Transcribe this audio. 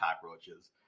cockroaches